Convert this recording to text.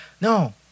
No